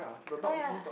correct lah